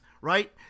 right